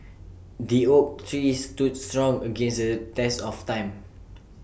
the oak tree stood strong against the test of time